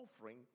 offering